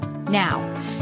Now